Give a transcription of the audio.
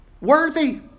Worthy